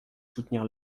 soutenir